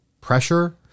pressure